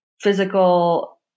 physical